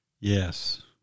Yes